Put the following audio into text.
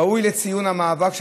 ראוי לציון המאבק שלכם,